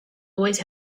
always